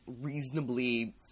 reasonably